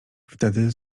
wtedy